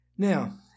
Now